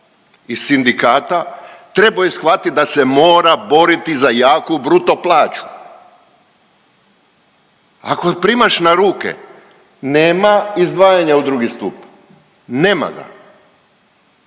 i sindikata trebo je shvatit da se mora boriti za jaku bruto plaću. Ako primaš na ruke nema izdvajanja u drugi stup, nema ga,